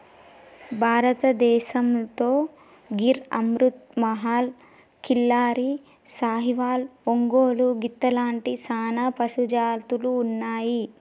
భారతదేసంతో గిర్ అమృత్ మహల్, కిల్లారి, సాహివాల్, ఒంగోలు గిత్త లాంటి సానా పశుజాతులు ఉన్నాయి